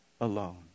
alone